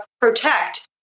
protect